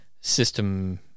system